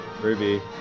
Ruby